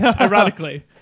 Ironically